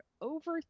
over